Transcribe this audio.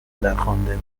پدرخوانده